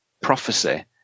prophecy